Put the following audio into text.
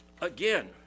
again